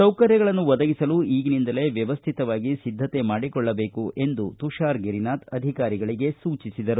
ಸೌಕರ್ಯಗಳನ್ನು ಒದಗಿಸಲು ಈಗಿನಿಂದಲೇ ವ್ಯವಸ್ಟಿತವಾಗಿ ಸಿದ್ದತೆ ಮಾಡಿಕೊಳ್ಳಬೇಕು ಎಂದು ತುಷಾರ ಗಿರಿನಾಥ ಹೇಳಿದರು